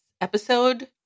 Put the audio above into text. episode